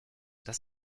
das